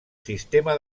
sistema